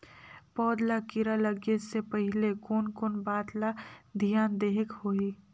पौध ला कीरा लगे से पहले कोन कोन बात ला धियान देहेक होही?